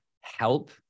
help